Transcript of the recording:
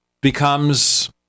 becomes